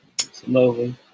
slowly